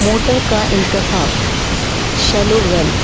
motor کا انتخاب shallow well